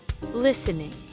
listening